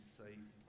safe